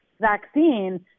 vaccine